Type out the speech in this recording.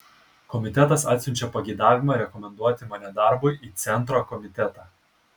komitetas atsiunčia pageidavimą rekomenduoti mane darbui į centro komitetą